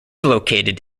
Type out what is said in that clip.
located